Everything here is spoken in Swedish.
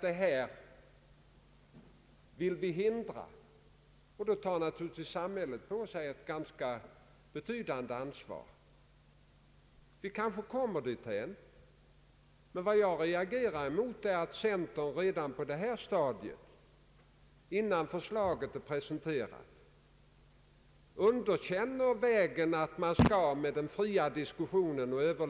Då måste naturligtvis samhället ta på sig ett ganska betydande ansvar. Kanske kommer vi dithän, men vad jag reagerar emot är att centern redan på detta stadium, innan förslaget har presenterats, utdömer systemet med den fria diskussionen och säger att